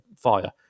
fire